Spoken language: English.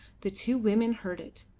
the two women heard it,